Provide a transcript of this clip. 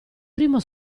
primo